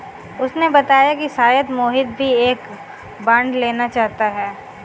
उसने बताया कि शायद मोहित भी एक बॉन्ड लेना चाहता है